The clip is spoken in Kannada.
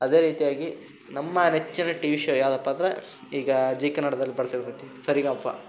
ಅದೇ ರೀತಿಯಾಗಿ ನಮ್ಮ ನೆಚ್ಚಿನ ಟಿವಿ ಶೋ ಯಾವುದಪ್ಪ ಅಂದ್ರೆ ಈಗ ಜಿ ಕನ್ನಡದಲ್ಲಿ ಬರ್ತಿರ್ತದೆ ಸರಿಗಮಪ